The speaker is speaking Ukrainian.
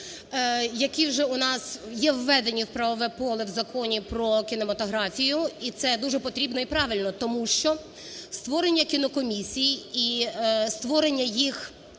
які вже у нас є введені в правове поле в Законі "Про кінематографію". І це дуже потрібно і правильно, тому що створення кінокомісій і створення їх